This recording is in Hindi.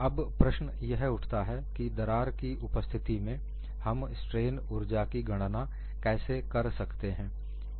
अब प्रश्न यह उठता है कि दरार की उपस्थिति में हम स्ट्रेन ऊर्जा की गणना कैसे कर सकते हैं